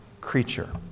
creature